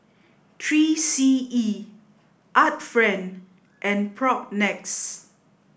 Three C E Art Friend and Propnex